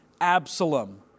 Absalom